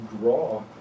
draw